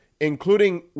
including